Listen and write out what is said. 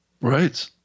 Right